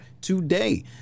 today